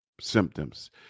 symptoms